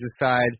decide